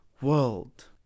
world